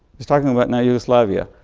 he's talking about now yugoslavia,